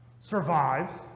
survives